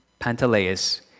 Pantaleus